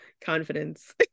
confidence